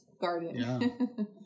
garden